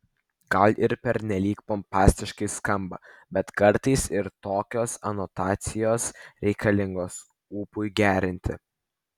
gal ir pernelyg pompastiškai skamba bet kartais ir tokios anotacijos reikalingos ūpui gerinti